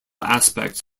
aspects